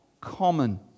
common